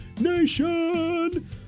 Nation